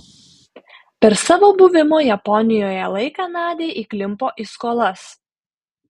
per savo buvimo japonijoje laiką nadia įklimpo į skolas